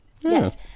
Yes